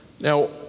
Now